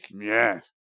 Yes